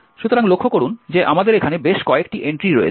সুতরাং লক্ষ্য করুন যে আমাদের এখানে বেশ কয়েকটি এন্ট্রি রয়েছে